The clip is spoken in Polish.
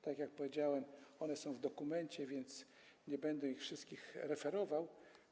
Tak jak powiedziałem, one są w dokumencie, więc nie będę ich wszystkich referował.